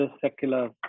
secular